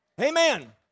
Amen